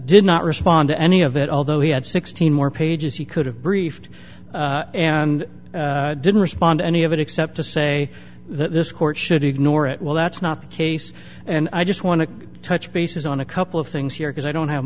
did not respond to any of it although he had sixteen more pages he could have briefed and didn't respond to any of it except to say that this court should ignore it well that's not the case and i just want to touch bases on a couple of things here because i don't have